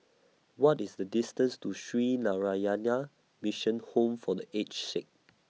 What IS The distance to Sree Narayana Mission Home For The Aged Sick